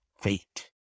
fate